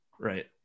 Right